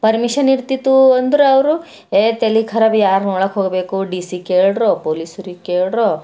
permission ಇರ್ತಿತ್ತೂ ಅಂದರೆ ಅವರು ಏ ತಲೆ ಖರಾಬಿ ಯಾರನ್ನ ಒಳಗೆ ಹೋಗ್ಬೇಕು ಡಿ ಸಿಗೆ ಕೇಳ್ರೋ ಪೋಲೀಸ್ರಿಗೆ ಕೇಳ್ರೋ